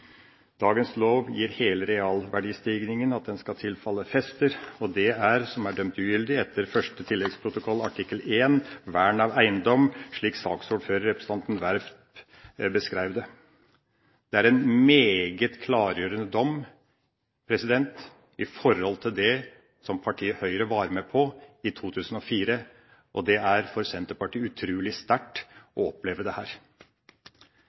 Dagens lov betyr at hele realverdistigningen skal tilfalle fester, og det er det som er dømt ugyldig etter 1. tilleggsprotokoll art. 1, Vern av eiendom, slik saksordføreren, representanten Werp, beskrev det. Det er en meget klargjørende dom i forhold til det som partiet Høyre var med på i 2004, og det er for Senterpartiet utrolig